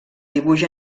dibuix